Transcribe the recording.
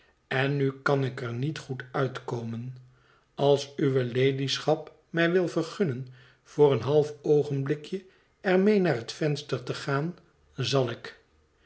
en nu kan ik er niet goed uitkomen als uwe ladyschap mij wil vergunnen voor een half oogenblikje er mee naar het venster te gaan zal ik